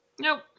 Nope